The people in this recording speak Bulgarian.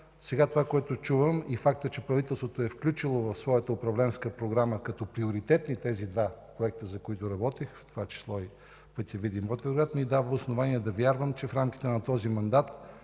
сега това, което чувам и фактът, че правителството е включило в своята управленска програма като приоритетни тези два проекта, за които работех, в това число и пътят Видин – Ботевград, ми дава основание да вярвам, че в рамките на този мандат